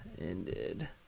ended